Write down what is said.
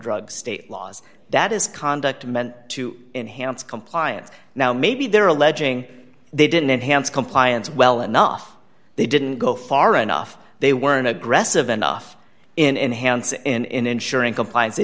drug state laws that is conduct meant to enhance compliance now maybe they're alleging they didn't enhance compliance well enough they didn't go far enough they weren't aggressive enough in hand in ensur